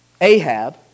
Ahab